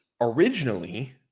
originally